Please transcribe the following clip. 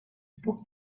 book